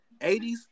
80s